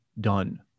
done